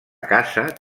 casa